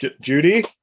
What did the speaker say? Judy